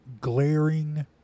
glaring